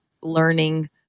learning